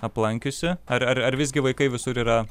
aplankiusi ar ar ar visgi vaikai visur yra